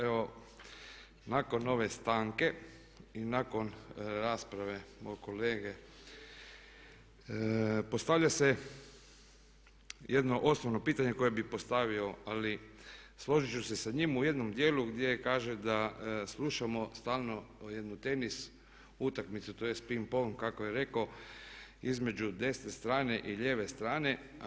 Evo nakon ove stanke i nakon rasprave mog kolege postavlja se jedno osnovno pitanje koje bi postavio ali složit ću se sa njim u jednom dijelu gdje kaže da slušamo stalno jednu tenis utakmicu tj. ping-pong kako je rekao između desne strane i lijeve strane.